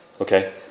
Okay